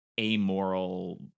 amoral